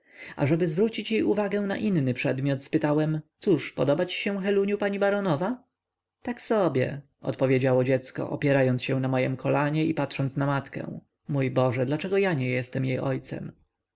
oczyma ażeby zwrócić jej uwagę na inny przedmiot spytałem cóż podoba ci się heluniu pani baronowa tak sobie odpowiedziało dziecko opierając się na mojem kolanie i patrząc na matkę mój boże dlaczego ja nie jestem jej ojcem a rozmawia z